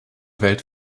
welt